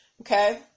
Okay